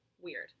weird